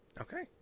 Okay